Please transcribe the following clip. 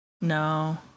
No